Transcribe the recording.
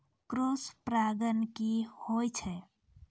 Cross परागण की होय छै?